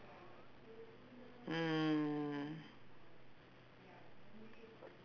mm